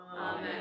Amen